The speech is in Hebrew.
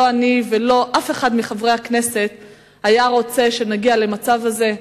לא אני ולא אף אחד מחברי הכנסת היה רוצה שנגיע למצב הזה.